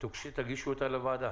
תגישו אותה לוועדה?